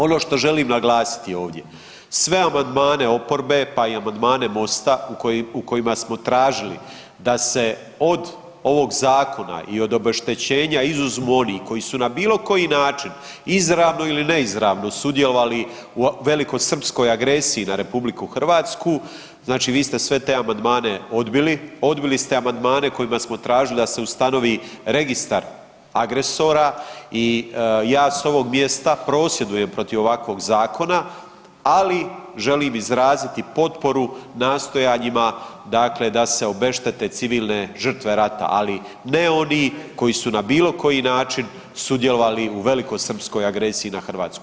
Ono što želim naglasiti ovdje, sve amandmane oporbe, pa i amandmane Mosta u kojima smo tražili da se od ovog Zakona i od obeštećenja izuzmu oni koji su na bilo koji način izravno ili neizravno sudjelovali u velikosrpskoj agresiji na RH, znači vi ste sve te amandmane odbili, odbili ste amandmane kojima smo tražili da se ustanovi registar agresora i ja s ovog mjesta prosvjedujem protiv ovakvog Zakona, ali želim izraziti potporu nastojanjima dakle da se obeštete civilne žrtve rata, ali ne oni koji su na bilo koji način sudjelovali u velikosrpskoj agresiji na Hrvatsku.